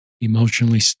emotionally